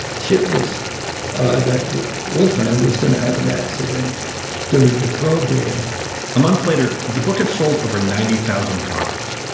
shitless that wolfhound is going to have an accident during the program a month later, the book, it sold over ninety thousand copies.